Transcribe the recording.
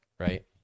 right